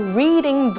reading